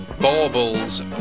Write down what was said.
Baubles